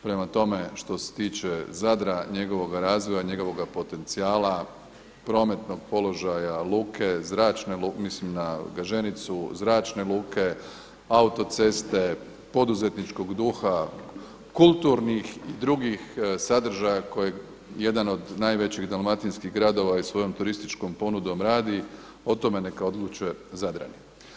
Prema tome, što se tiče Zadra, njegovoga razvoja, njegovoga potencijala, prometnog položaja, luke, zračne luke mislim na Gaženicu, zračne luke, autoceste, poduzetničkog duha, kulturnih, drugih sadržaja koji jedan od najvećih dalmatinskih gradova svojom turističkom ponudom radi, o tome neka odlučuju Zadrani.